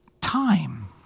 time